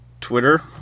Twitter